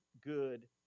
good